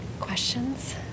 Questions